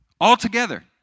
Altogether